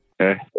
Okay